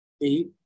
eight